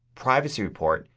privacy report,